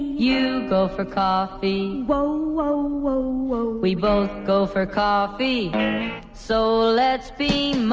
yeah go for coffee. whoa, whoa, whoa, whoa we both go for coffee so let's be